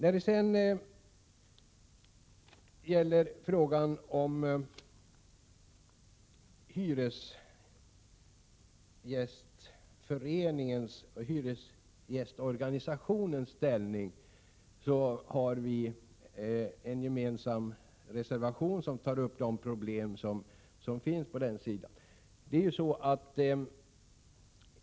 Vi har också en gemensam borgerlig reservation om hyresgästorganisationens ställning.